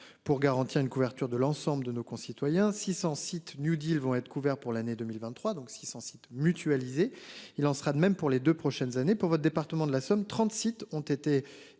pour garantir une couverture de l'ensemble de nos concitoyens. 600 sites New Deal vont être couvert pour l'année 2023 donc 600 sites mutualisés. Il en sera de même pour les 2 prochaines années pour votre département de la Somme, 30 sites ont été